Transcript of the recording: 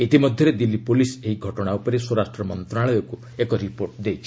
ଇତିମଧ୍ୟରେ ଦିଲ୍ଲୀ ପୁଲିସ୍ ଏହି ଘଟଣା ଉପରେ ସ୍ୱରାଷ୍ଟ୍ର ମନ୍ତ୍ରଣାଳୟକ୍ତ ଏକ ରିପୋର୍ଟ ଦେଇଛି